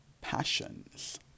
passions